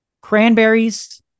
cranberries